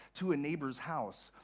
to a neighbor's house,